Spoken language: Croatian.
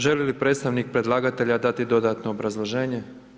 Želi li predstavnik predlagatelja dati dodatno obrazloženje?